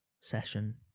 session